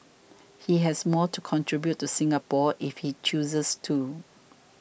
he has more to contribute to Singapore if he chooses to